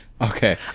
Okay